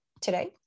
today